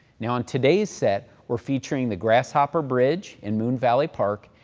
now, on today's set, we're featuring the grasshopper bridge in moon valley park,